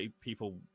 people